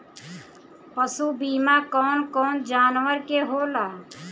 पशु बीमा कौन कौन जानवर के होला?